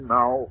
now